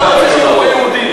אתה לא רוצה שיהיו פה יהודים.